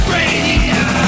Radio